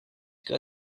good